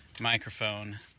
microphone